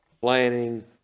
planning